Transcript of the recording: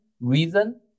reason